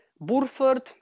Burford